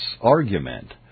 argument